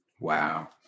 Wow